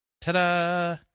Ta-da